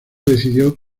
decidió